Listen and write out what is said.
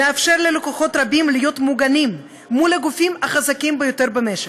מאפשר ללקוחות רבים להיות מוגנים מול הגופים החזקים ביותר במשק.